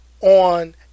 on